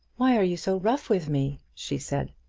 why are you so rough with me? she said.